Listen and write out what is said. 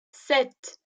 sept